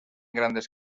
grandes